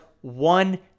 one